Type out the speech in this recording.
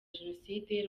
jenoside